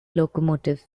locomotives